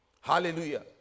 Hallelujah